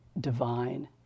divine